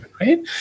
right